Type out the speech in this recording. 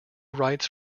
writes